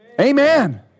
Amen